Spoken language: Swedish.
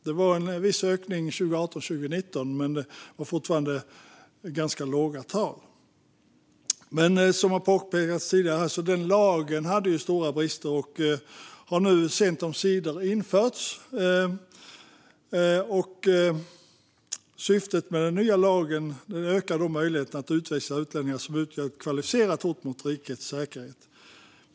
Det var en viss ökning 2018 och 2019, men det var fortfarande ganska låga tal. Som har påpekats tidigare hade den lagen stora brister. Och nu, sent omsider, har den nya införts. Med den nya lagen ökar möjligheten att utvisa utlänningar som utgör ett kvalificerat hot mot rikets säkerhet.